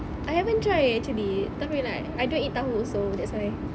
I haven't try actually like I don't eat tahu so that's why